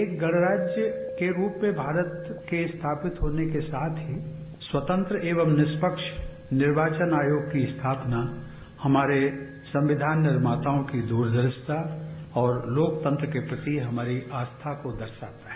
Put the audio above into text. एक गणराज्य के रूप में भारत के स्थापित होने के साथ ही स्वतंत्र एवं निष्पक्ष निर्वाचन आयोग की स्थापना हमारे संविधान निर्माताओं की दूरदर्शिता और लोकतंत्र के प्रति हमारी आस्था को दर्शाता है